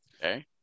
Okay